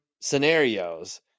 scenarios